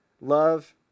love